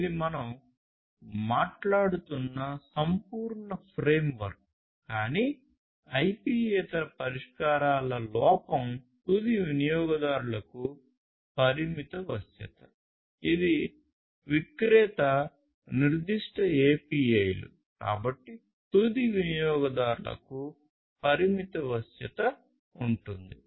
ఇది మనం మాట్లాడుతున్న సంపూర్ణ ఫ్రేమ్వర్క్ కాని ఈ ఐపియేతర పరిష్కారాల లోపం తుది వినియోగదారులకు API లు కాబట్టి తుది వినియోగదారులకు పరిమిత వశ్యత ఉంటుంది